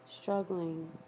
struggling